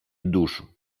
душу